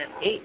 eight